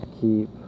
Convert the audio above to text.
keep